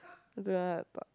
I don't want to talk